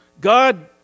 God